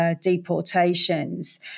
deportations